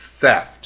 theft